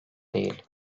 değil